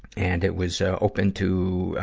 and it was, ah, opened to, ah,